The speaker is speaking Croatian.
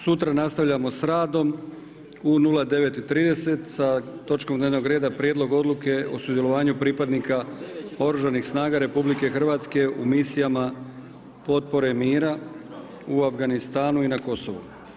Sutra nastavljamo sa radom u 9,30 sa točkom dnevnog reda Prijedlog odluke o sudjelovanju pripadnika Oružanih snaga RH u misijama potpore mira u Afganistanu i na Kosovu.